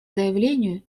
заявлению